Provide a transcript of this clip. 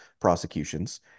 prosecutions